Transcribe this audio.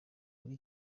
muri